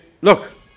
look